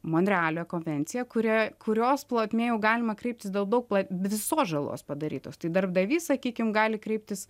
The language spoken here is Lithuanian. monrealio konvencija kuri kurios plotmėj jau galima kreiptis dėl daug visos žalos padarytos tai darbdavys sakykim gali kreiptis